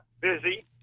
Busy